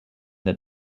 that